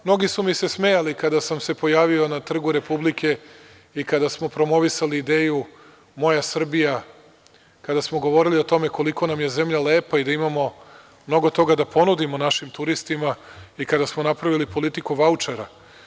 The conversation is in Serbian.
Mnogi su mi se smejali kada sam se pojavio na Trgu Republike i kada smo promovisali ideju „Moja Srbija“, kada smo govorili o tome koliko nam je zemlja lepa i da imamo mnogo toga da ponudimo našim turistima i kada smo napravili politiku vaučera.